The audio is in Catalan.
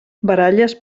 baralles